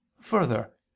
Further